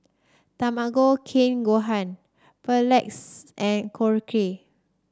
Tamago Kake Gohan Pretzel and Korokke